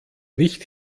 nicht